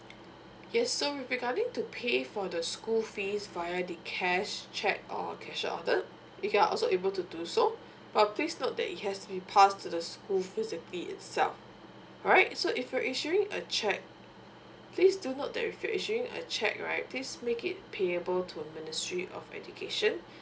yes so regarding to pay for the school fees via the cash cheque or cashier order you can also able to do so but please note that it has to be passed to the school physically itself alright so if you're issuing a cheque please do note that if you're issuing a cheque right please make it payable to ministry of education